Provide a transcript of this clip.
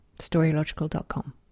storylogical.com